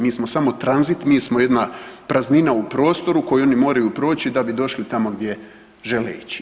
Mi smo samo tranzit, mi smo jedna praznina u prostoru koju oni moraju proći da bi došli tamo gdje žele ići.